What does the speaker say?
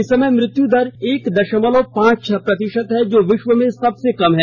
इस समय मृत्यु दर एक दशमलव पांच छह प्रतिशत है जो विश्व में सबसे कम है